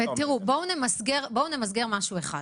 בואו נמסגר משהו אחד: